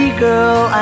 girl